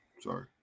Sorry